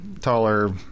taller